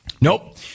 nope